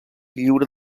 lliure